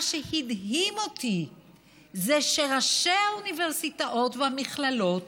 מה שהדהים אותי זה שראשי האוניברסיטאות והמכללות